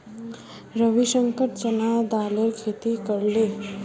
रविशंकर चना दालेर खेती करले